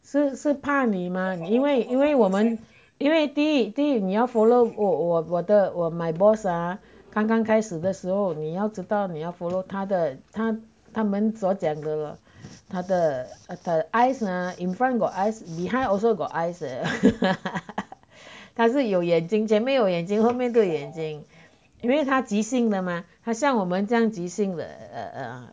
是怕你吗你因为因为我们因为第一第一你要 follow 我的 my boss ah 刚刚开始的时候你要知道你要 follow 他的他他们所讲的 lor 他的: ta de eyes are in front got eyes behind also got eyes leh 他是有眼睛前面有眼睛后面都有眼睛因为他急性的吗好像我们这样急性了